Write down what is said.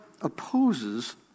opposes